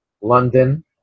London